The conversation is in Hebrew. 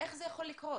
- איך זה יכול לקרות?